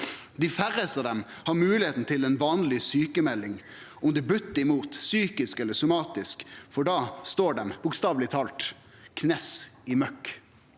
Dei færraste av dei har moglegheita til ei vanleg sjukmelding om det buttar imot psykisk eller somatisk, for da står dei bokstavleg talt til knes i møkk.